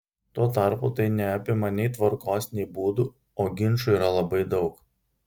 tuo tarpu tai neapima nei tvarkos nei būdų o ginčų yra labai daug